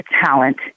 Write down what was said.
talent